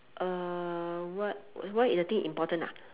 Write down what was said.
uh what why is the thing important ah